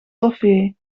toffee